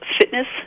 Fitness